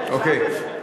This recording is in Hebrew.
אוקיי.